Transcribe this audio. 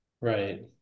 Right